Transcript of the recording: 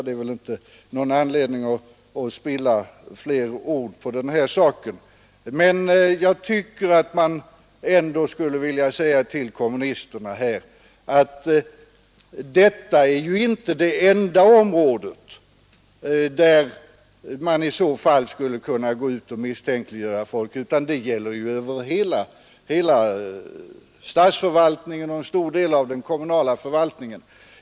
Det finns väl inte anledning att spilla så många fler ord på den här saken, men jag vill ändå säga till kommunisterna att detta område inte är det enda offentliga där man i så fall skulle kunna gå ut och misstänkliggöra folk, utan det gäller faktiskt för hela statsförvaltningen och en stor del av den kommunala förvaltningen.